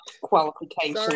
Qualification